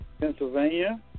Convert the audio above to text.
Pennsylvania